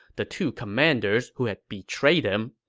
the two commanders who had betrayed him.